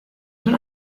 una